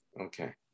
okay